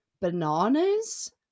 bananas